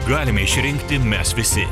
galime išrinkti mes visi